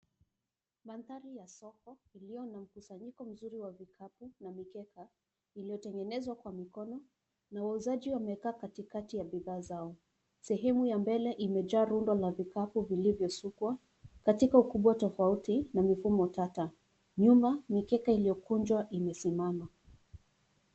Mandhari ya soko iliyo na mkusanyiko mzuri wa vikapu na mikeka iliyotengenezwa kwa mikono na wauzaji wamekaa katikati ya bidhaa zao, sehemu ya mbele imejaa rundo la vikapu vilivyosukwa katika ukubwa tofauti na mifumo tata, nyuma mikeka iliyokunjwa imesimama.